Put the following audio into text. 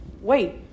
Wait